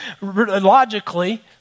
logically